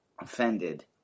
offended